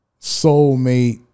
soulmate